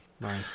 nice